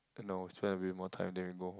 no spend a bit more time then we go